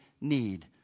need